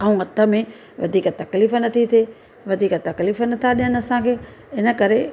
ऐं हथ में वधीक तकलीफ़ नथी थिए वधीक तकलीफ़ नथा ॾियनि असांखे इनकरे